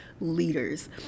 leaders